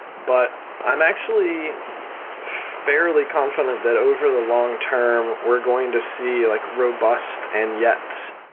but i'm actually fairly confident that over the long-term, we're going to see like robust and yet,